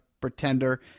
pretender